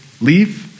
leave